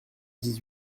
dix